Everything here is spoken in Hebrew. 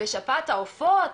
בשפעת העופות.